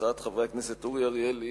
הצעות חברי הכנסת אורי אריאל,